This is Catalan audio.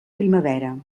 primavera